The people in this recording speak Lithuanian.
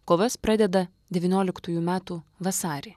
kovas pradeda devynioliktųjų metų vasarį